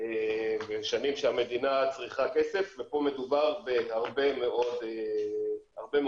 שנים שהמדינה צריכה כסף ופה מדובר בהרבה מאוד כסף.